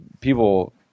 people